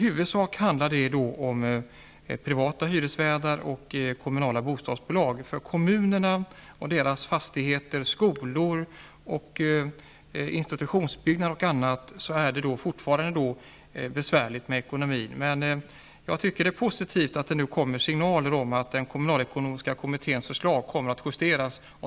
Det handlar i huvudsak om privata hyresvärdar och kommunala bostadsbolag. För kommunerna och deras fastigheter, skolor och institutionsbyggnader m.m. är det fortfarande besvärligt med ekonomin. Det är positivt att det nu kommer signaler om att den kommunalekonomiska kommitténs förslag kommer att justeras.